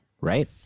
right